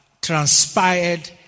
transpired